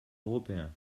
européen